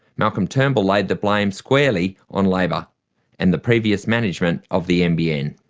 malcolm turnbull lay the blame squarely on labor and the previous management of the nbn.